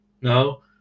No